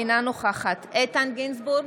אינה נוכחת איתן גינזבורג,